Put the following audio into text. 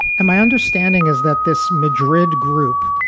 and my understanding is that this madrid group,